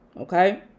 Okay